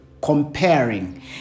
Comparing